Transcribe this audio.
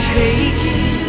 taking